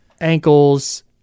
ankles